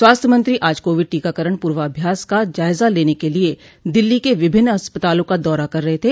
स्वास्थ्य मंत्री आज कोविड टीकाकरण पूर्वाभ्यास का जायजा लेने के लिए दिल्ली के विभिन्न अस्पतालों का दौरा कर रहे थे